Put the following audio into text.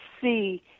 see